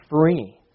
free